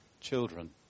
children